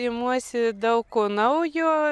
imuosi daug ko naujo